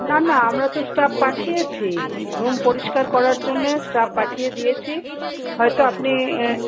না না আমরা তো স্টাফ পাঠিয়েছি এবং পরিষ্কার করার জন্যে স্টাফ পাঠিয়ে দিয়েছি হয়তো আপনি